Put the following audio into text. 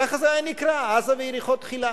ככה זה היה נקרא: "עזה ויריחו תחילה".